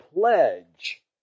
pledge